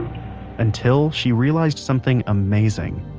until she realized something amazing.